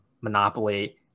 monopoly